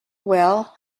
well